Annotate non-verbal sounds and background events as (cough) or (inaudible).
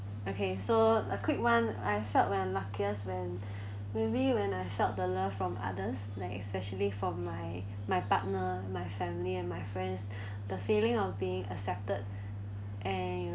okay so a quick one I felt when luckiest when (breath) maybe when I felt the love from others like especially from my my partner my family and my friends (breath) the feeling of being accepted (breath) and